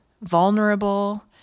vulnerable